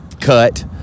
Cut